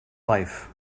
life